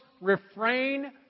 refrain